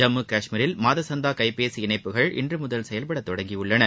ஜம்மு கஷ்மீரில் மாத சந்தா கைப்பேசி இணைப்புகள் இன்று முதல் செயல்படத் தொடங்கியுள்ளன